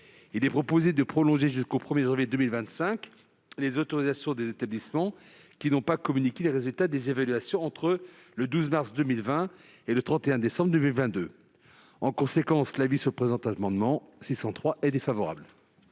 ainsi proposé de prolonger jusqu'au 1 janvier 2025 les autorisations des établissements qui n'ont pas communiqué les résultats des évaluations entre le 12 mars 2020 et le 31 décembre 2022. En conséquence, la commission est défavorable